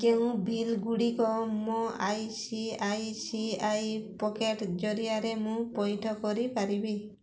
କେଉଁ ବିଲ୍ଗୁଡ଼ିକ ମୋ I C I C I pocket ଜରିଆରେ ମୁଁ ପଇଠ କରିପାରିବି